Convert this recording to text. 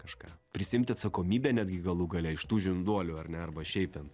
kažką prisiimti atsakomybę netgi galų gale iš tų žinduolių ar ne arba šiaip ten